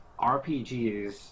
RPGs